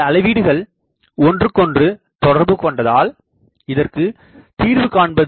இந்த அளவீடுகள் ஒன்றுக்கொன்று தொடர்பு கொண்டதால் இதற்கு தீர்வு காண்பது